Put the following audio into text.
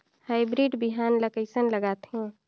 Hybrid बिहान ला कइसन लगाथे?